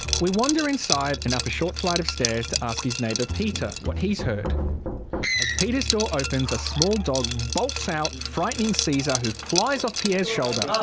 we wander inside and up a short flight of stairs to ask his neighbour peter what he's heard. as peter's door opens, a small dog bolts out, frightening caesar who flies off pierre's shoulder.